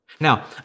Now